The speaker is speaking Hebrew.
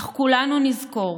אך כולנו נזכור